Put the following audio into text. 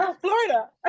Florida